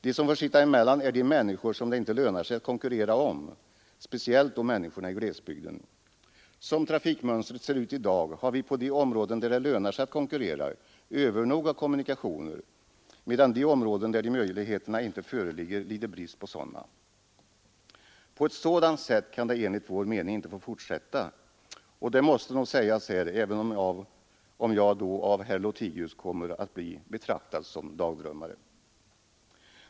De som får sitta emellan är de människor som det inte lönar sig att konkurrera om, speciellt då människorna i glesbygden. Som trafikmönstret ser ut i dag har vi på de områden där det lönar sig att konkurrera övernog av kommunikationer, medan de områden där de möjligheterna inte föreligger lider brist på kommunikationer. På ett sådant sätt kan det enligt vår mening inte få fortsätta. Det måste nog ägas här, även om jag då av herr Lothigius kommer att bli betraktad såsom en dagdrömmare.